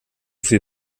viel